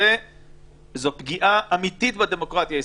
זאת פגיעה אמיתית בדמוקרטיה הישראלית,